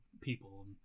people